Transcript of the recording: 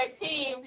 team